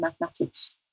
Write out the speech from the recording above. Mathematics